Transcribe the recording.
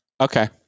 Okay